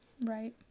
Right